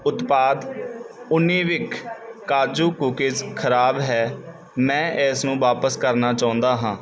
ਉਤਪਾਦ ਉਣੀਬਿਕ ਕਾਜੂ ਕੂਕੀਜ਼ ਖ਼ਰਾਬ ਹੈ ਮੈਂ ਇਸਨੂੰ ਵਾਪਸ ਕਰਨਾ ਚਾਹੁੰਦਾ ਹਾਂ